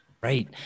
Right